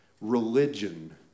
Religion